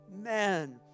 amen